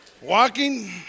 walking